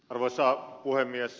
arvoisa puhemies